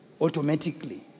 automatically